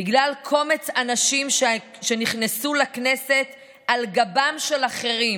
בגלל קומץ אנשים שנכנסו לכנסת על גבם של אחרים,